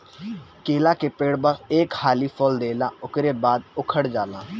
केला के पेड़ बस एक हाली फल देला उकरी बाद इ उकठ जाला